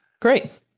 Great